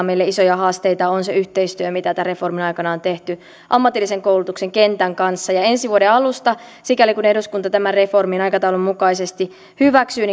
meille isoja haasteita on se yhteistyö mitä tämän reformin aikana on tehty ammatillisen koulutuksen kentän kanssa ensi vuoden alusta sikäli kun eduskunta tämän reformin aikataulun mukaisesti hyväksyy